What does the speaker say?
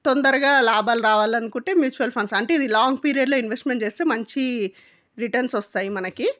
తొందరగా లాభాలు రావాలని అనుకుంటే మ్యూచువల్ ఫండ్స్ అంటే ఇది లాంగ్ పిరియడ్లో ఇన్వెస్ట్మెంట్ చేస్తే మంచి రిటర్న్స్ వస్తాయి మనకి